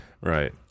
Right